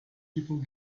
people